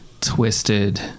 twisted